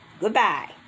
goodbye